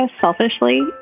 selfishly